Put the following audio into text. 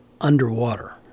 underwater